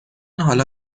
حالا